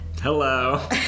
Hello